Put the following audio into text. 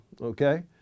okay